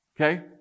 Okay